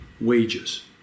wages